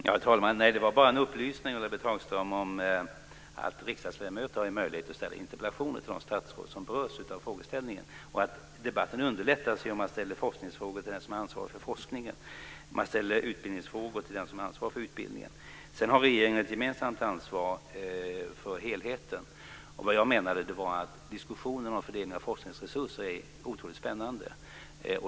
Herr talman! Det var bara en upplysning, Ulla Britt Hagström, om att riksdagsledamöter har möjlighet att ställa interpellationer till de statsråd som berörs av frågeställningen. Debatten underlättas ju om man ställer forskningsfrågor till den som är ansvarig för forskningen och utbildningsfrågor till den som är ansvarig för utbildningen. Sedan har regeringen ett gemensamt ansvar för helheten. Det jag menade var att diskussionen om fördelningen av forskningsresurser är otroligt spännande.